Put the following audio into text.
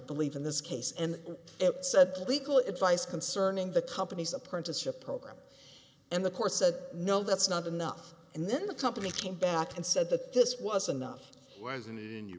believe in this case and it said legal advice concerning the company's apprenticeship program and the course said no that's not enough and then the company came back and said that this was enough wh